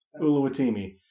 Uluwatimi